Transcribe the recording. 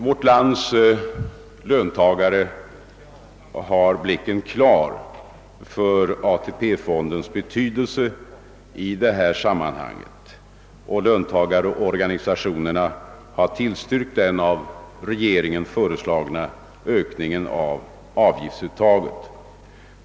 Vårt lands löntagare har blicken klar för ATP-fondens betydelse i detta sammanhang, och löntagarorganisationerna har tillstyrkt den av regeringen föreslagna ökningen av avgiftsuttaget.